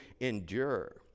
endure